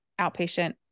outpatient